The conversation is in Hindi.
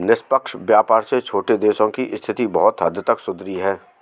निष्पक्ष व्यापार से छोटे देशों की स्थिति बहुत हद तक सुधरी है